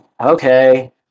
okay